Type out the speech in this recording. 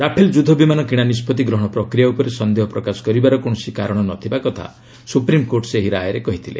Rafale ଯୁଦ୍ଧ ବିମାନ କିଣା ନିଷ୍ପଭି ଗ୍ରହଣ ପ୍ରକ୍ରିୟା ଉପରେ ସନ୍ଦେହ ପ୍ରକାଶ କରିବାର କୌଣସି କାରଣ ନଥିବା କଥା ସୁପ୍ରିମକୋର୍ଟ ସେହି ରାୟରେ କହିଥିଲେ